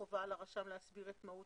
החובה על הרשם להסביר לצדדים את מהות